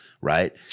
Right